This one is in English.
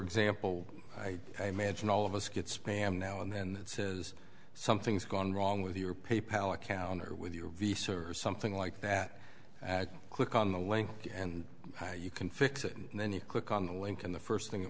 example i imagine all of us get spam now and then that says something's gone wrong with your pay pal account or with your visa or something like that click on the link and you can fix it and then you click on the link and the first thing